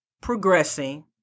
progressing